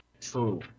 True